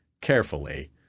carefully